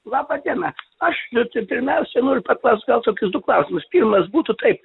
laba diena aš nu tai pirmiausia noriu paklaust gal tokius du klausimus pirmas būtų taip